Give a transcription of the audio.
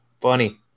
Funny